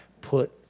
put